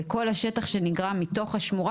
וכל השטח שנגרע מתוך השמורה,